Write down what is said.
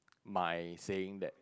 my saying that